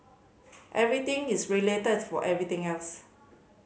everything is related to everything else